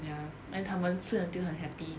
ya then 他们吃了就很 happy